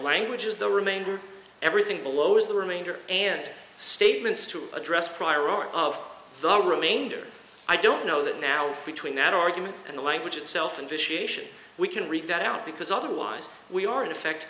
language is the remainder everything below is the remainder and statements to address prior art of the remainder i don't know that now between that argument and the language itself and we can read that out because otherwise we are in effect